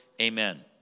Amen